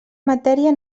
matèria